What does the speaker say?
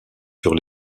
sur